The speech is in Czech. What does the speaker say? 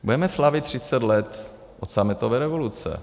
Budeme slavit třicet let od sametové revoluce.